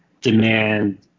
demand